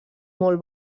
molt